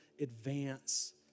advance